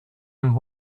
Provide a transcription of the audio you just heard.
and